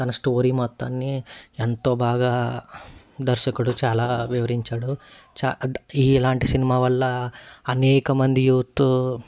తన స్టోరీ మొత్తాన్ని ఎంతో బాగా దర్శకుడు చాలా వివరించాడు చా ద్ ఇలాంటి సినిమా వల్ల అనేక మంది యూత్